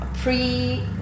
pre